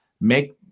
make